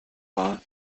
war